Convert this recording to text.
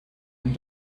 and